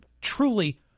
truly